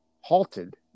halted